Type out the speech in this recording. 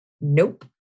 Nope